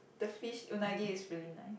the fish unagi is really nice